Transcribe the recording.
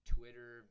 Twitter